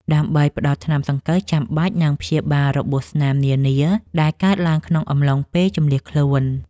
ដើម្បីផ្ដល់ថ្នាំសង្កូវចាំបាច់ និងព្យាបាលរបួសស្នាមនានាដែលកើតឡើងក្នុងអំឡុងពេលជម្លៀសខ្លួន។